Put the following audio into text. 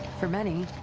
for many,